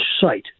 site